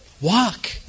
Walk